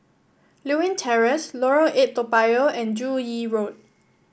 Lewin Terrace Lorong Eight Toa Payoh and Joo Yee Road